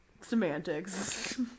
Semantics